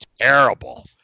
terrible